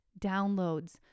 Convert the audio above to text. downloads